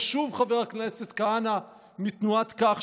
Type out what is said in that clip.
ושוב חבר הכנסת כהנא מתנועת כך,